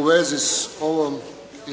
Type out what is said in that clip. U vezi s ovom